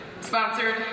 sponsored